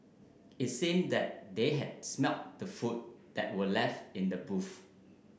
it seemed that they had smelt the food that were left in the